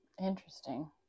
Interesting